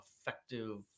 effective